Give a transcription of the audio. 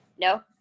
no